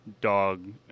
dog